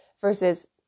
versus